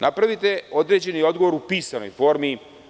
Napravite određeni odgovor u pisanoj formi.